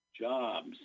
jobs